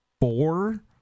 four